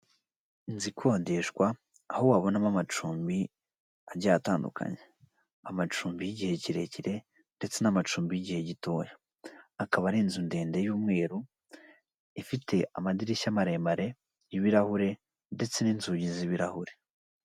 Abagabo babiri bari imbere y'ikamyo umwe yambaye ishati y'amakaro undi yambaye umupira w'umutuku urimo utubara tw'umweru, imbere y'iyo kamyo hari amagambo yandikishije umutuku hari n'ayandi yandikishije umukara.